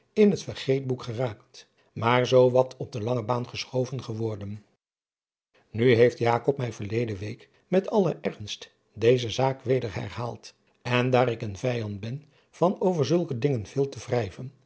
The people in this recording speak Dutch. hillegonda buisman vergeetboek geraakt maar zoo wat op de lange baan geschoven geworden nu heeft jakob mij verleden week met allen ernst deze zaak weder herhaald en daar ik een vijand ben van over zulke dingen veel te wrijven